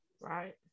Right